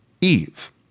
Eve